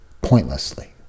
pointlessly